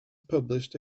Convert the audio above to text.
published